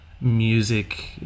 music